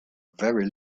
very